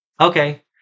Okay